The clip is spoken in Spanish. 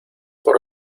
por